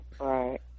right